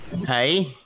hey